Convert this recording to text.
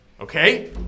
Okay